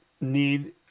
need